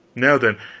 now, then,